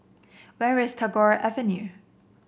where is Tagore Avenue